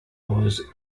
was